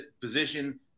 position